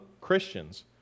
Christians